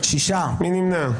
מי נמנע?